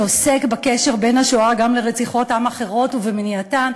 שעוסק בקשר בין השואה לרציחות עם אחרות ומניעתן.